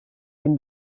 bin